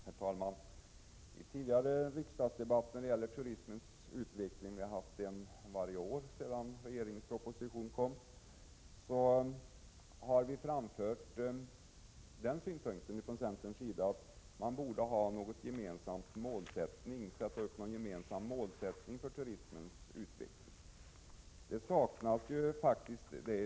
Herr talman! I tidigare riksdagsdebatter om turismens utveckling — vi har haft en varje år sedan regeringens proposition kom — har vi från centerns sida framfört synpunkten att det borde finnas en gemensam målsättning för turismens utveckling. En sådan saknas faktiskt i dag.